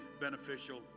beneficial